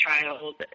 child